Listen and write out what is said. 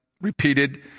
repeated